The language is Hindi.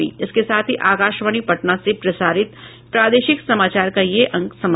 इसके साथ ही आकाशवाणी पटना से प्रसारित प्रादेशिक समाचार का ये अंक समाप्त हुआ